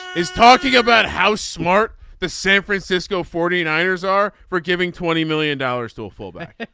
is talking about how smart the san francisco forty nine ers are for giving twenty million dollars to a fullback.